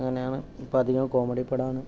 അങ്ങനെയാണ് ഇപ്പോൾ അധികം കോമഡി പടമാണ്